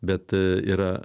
bet yra